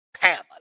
pamela